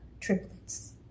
triplets